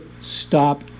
stop